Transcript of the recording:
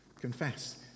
confess